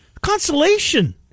Consolation